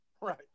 right